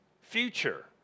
future